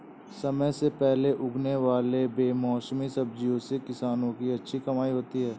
समय से पहले उगने वाले बेमौसमी सब्जियों से किसानों की अच्छी कमाई होती है